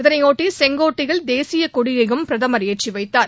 இதனையொட்டிசெங்கோட்டையில் தேசியக் கொடியையும் பிரதமர் ஏற்றிவைத்தார்